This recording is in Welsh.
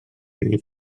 iddo